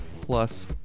plus